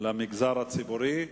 למגזר הציבורי,